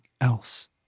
else